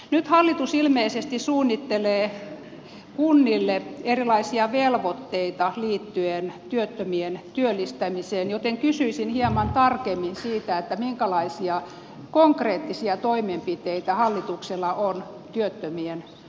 nyt hallitus ilmeisesti suunnittelee kunnille erilaisia velvoitteita liittyen työttömien työllistämiseen joten kysyisin hieman tarkemmin siitä minkälaisia konkreettisia toimenpiteitä hallituksella on työttömien työllistämiseksi